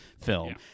film